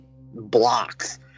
blocks